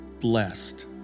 blessed